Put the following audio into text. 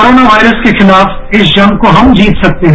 corona virus के खिलाफ इस जंग को हम जीत सकते हैं